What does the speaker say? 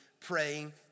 praying